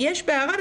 ויש בערד,